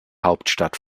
hauptstadt